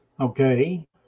Okay